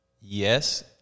yes